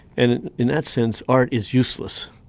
and in that sense art is useless,